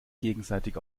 gegenseitig